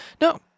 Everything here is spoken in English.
no